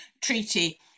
treaty